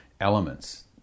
elements